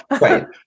right